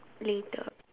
later